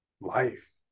life